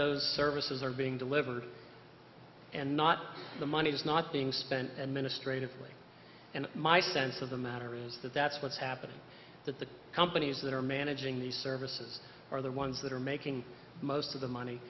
those services are being delivered and not the money is not being spent and ministre to play and my sense of the matter is that that's what's happening that the companies that are managing these services are the ones that are making most of the money